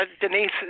Denise